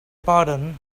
pardon